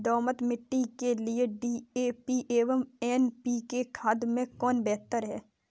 दोमट मिट्टी के लिए डी.ए.पी एवं एन.पी.के खाद में कौन बेहतर है?